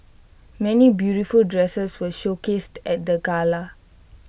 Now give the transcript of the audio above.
many beautiful dresses were showcased at the gala